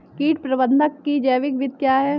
कीट प्रबंधक की जैविक विधि क्या है?